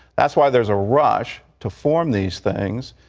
that's why there's a rush to form these things,